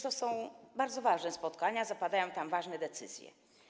To są bardzo ważne spotkania, zapadają tam ważne decyzje.